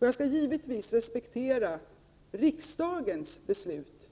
Jag skall givetvis respektera riksdagens beslut